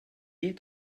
est